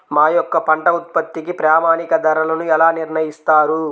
మా యొక్క పంట ఉత్పత్తికి ప్రామాణిక ధరలను ఎలా నిర్ణయిస్తారు?